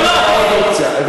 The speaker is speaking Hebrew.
הבאנו לך עוד אופציה.